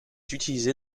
utilisé